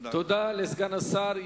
תודה לסגן השר.